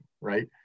right